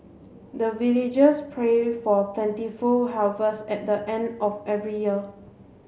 the villagers pray for plentiful harvest at the end of every year